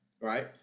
right